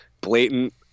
blatant